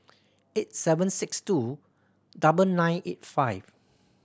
eight seven six two double nine eight five